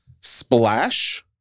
Splash